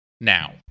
now